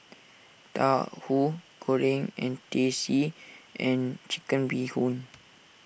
Tauhu Goreng Teh C and Chicken Bee Hoon